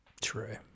True